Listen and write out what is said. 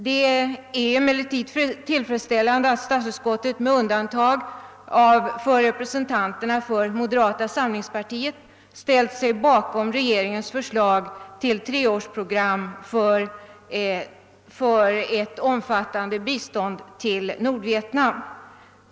Det är emellertid tillfredsställande att statsutskottet, med undantag av representanterna för moderata samlings partiet, ställt sig bakom regeringens förslag till treårsprogram för ett omfattande bistånd till Nordvietnam.